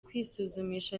kwisuzumisha